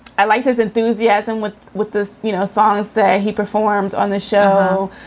i liked his enthusiasm with with the you know songs that he performed on the show.